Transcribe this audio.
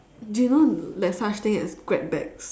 do you know there is such thing as grab bag